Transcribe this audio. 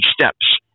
steps